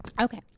Okay